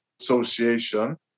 association